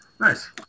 Nice